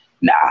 Nah